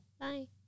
Bye